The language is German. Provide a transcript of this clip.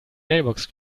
mailbox